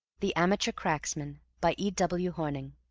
the amateur cracksman by e. w. hornung